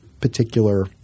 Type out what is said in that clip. particular